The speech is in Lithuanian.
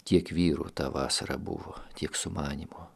tiek vyrų tą vasarą buvo tiek sumanymo